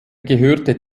gehörte